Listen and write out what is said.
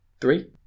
Three